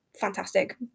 fantastic